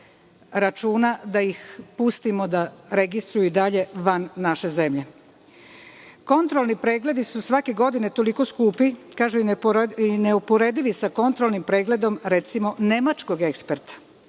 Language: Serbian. da ih pustimo da registruju i dalje van naše zemlje? Kontrolni pregledi su svake godine toliko skupi i neuporedivi sa kontrolnim pregledom, recimo, nemačkog eksperta